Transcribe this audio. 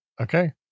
Okay